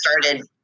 started